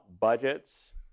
budgets